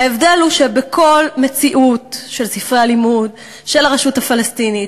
ההבדל הוא שבכל מציאות של ספרי הלימוד של הרשות הפלסטינית,